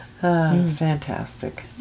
Fantastic